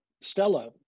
Stella